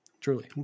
Truly